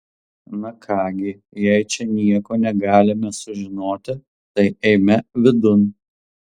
na ką gi jei čia nieko negalime sužinoti tai eime vidun